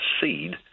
seed